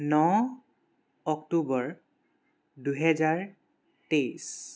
ন October দুহেজাৰ তেইশ